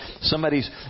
Somebody's